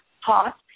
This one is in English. hot